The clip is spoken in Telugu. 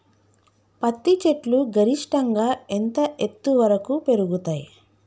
పత్తి చెట్లు గరిష్టంగా ఎంత ఎత్తు వరకు పెరుగుతయ్?